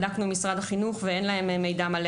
בדקנו עם משרד החינוך ואין להם מידע מלא